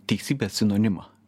teisybės sinonimą